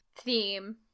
theme